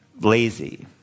lazy